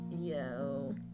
Yo